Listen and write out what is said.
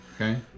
Okay